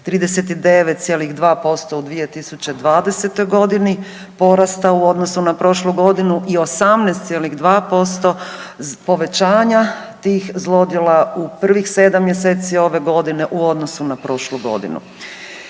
39,2% u 2020. g. porasta u odnosu na prošlu godinu i 18,2% povećanja tih zlodjela u prvih 7 mjeseci ove godine u odnosu na prošlu godinu.